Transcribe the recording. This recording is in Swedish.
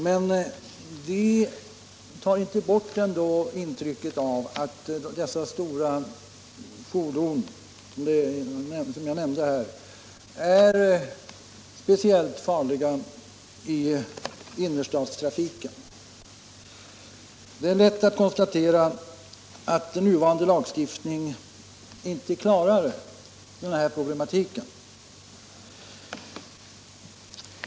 Men detta tar ändå inte bort intrycket av att dessa stora fordon, som jag nämnde här, är speciellt farliga i innerstadstrafiken. Det är lätt att konstatera att nuvarande lagstiftning inte klarar den här problematiken.